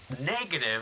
Negative